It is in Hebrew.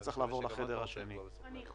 אני מניח שמיקי זוהר ישמח להפוך להיות יושב-ראש הוועדה